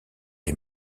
les